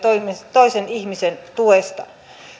toisen ihmisen tuesta